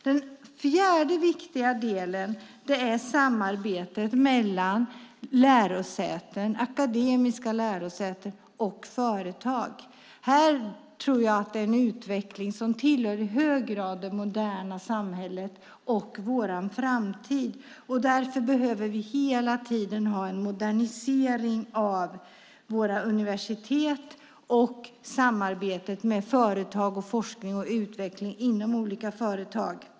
Den fjärde viktiga delen är samarbetet mellan lärosäten, akademiska lärosäten, och företag. Jag tror att detta är en utveckling som i hög grad tillhör det moderna samhället och vår framtid. Därför behöver vi hela tiden ha en modernisering av våra universitet och samarbetet med företag och med forskning och utveckling inom olika företag.